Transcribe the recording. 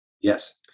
Yes